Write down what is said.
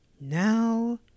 Now